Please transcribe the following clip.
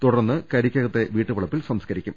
തുടർന്ന് കരിക്കകത്തെ വീട്ടുവളപ്പിൽ സംസ്കരിക്കും